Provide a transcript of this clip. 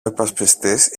υπασπιστής